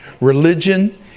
Religion